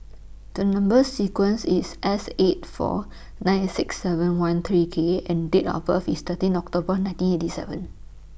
The Number sequence IS S eight four nine six seven one three K and Date of birth IS thirteen October nineteen eighty seven